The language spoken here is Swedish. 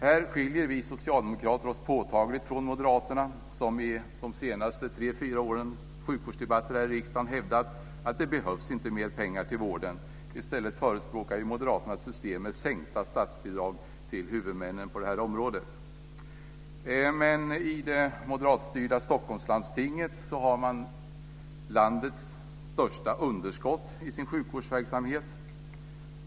Här skiljer vi socialdemokrater oss påtagligt från moderaterna som i de senaste tre fyra årens sjukvårdsdebatter här i riksdagen hävdat att det inte behövs mer pengar till vården. I stället förespråkar moderaterna ett system med sänkta statsbidrag till huvudmännen på detta område. Men i det moderatstyrda Stockholmslandstinget har man landets största underskott i sin sjukvårdsverksamhet.